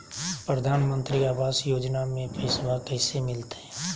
प्रधानमंत्री आवास योजना में पैसबा कैसे मिलते?